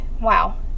Wow